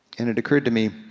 and it occurred to me,